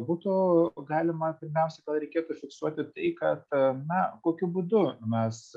būtų galima pirmiausia reikėtų fiksuoti tai kad na kokiu būdu mes